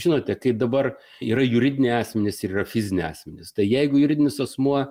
žinote kaip dabar yra juridiniai asmenys ir yra fiziniai asmenys tai jeigu juridinis asmuo